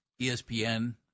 ESPN